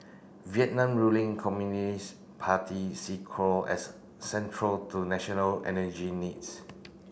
Vietnam ruling Communist Party see coal as central to national energy needs